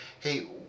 Hey